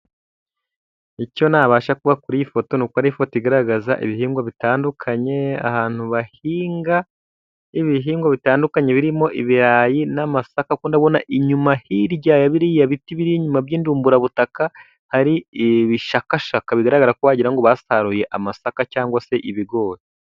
Icyo nabasha kuvuga kuri foto ni uko ari ifoto igaragaza ibihingwa bitandukanye ahantu bahinga. Ni ibihingwa bitandukanye birimo ibirayi n'amasaka ubona inyuma hirya ya biriya biti biri inyuma by'indumburabutaka hari ibishakashaka bigaragara ko wagirango ngo basaruye amasaka cyangwa se ibigori.